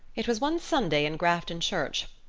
it was one sunday in grafton church.